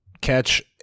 catch